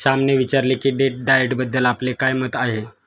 श्यामने विचारले की डेट डाएटबद्दल आपले काय मत आहे?